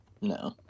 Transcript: no